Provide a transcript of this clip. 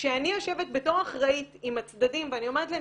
כשאני יושבת בתור אחראית עם הצדדים ואני אומרת להם,